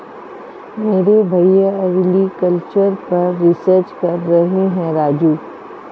मेरे भैया ओलेरीकल्चर पर रिसर्च कर रहे हैं राजू